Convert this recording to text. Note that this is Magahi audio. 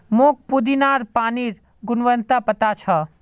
मोक पुदीनार पानिर गुणवत्ता पता छ